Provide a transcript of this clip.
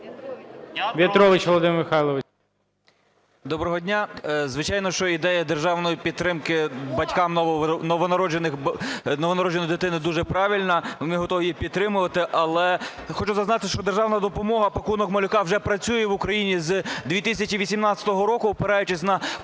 В'ятрович Володимир Михайлович. 13:59:34 В’ЯТРОВИЧ В.М. Доброго дня. Звичайно, що ідея державної підтримки батькам новонародженої дитини дуже правильна. Ми готові її підтримувати. Але хочу зазначити, що державна допомога "пакунок малюка" вже працює в Україні з 2018 року, опираючись на